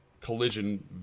collision